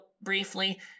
briefly